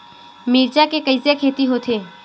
मिर्च के कइसे खेती होथे?